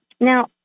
Now